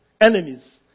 enemies